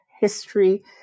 history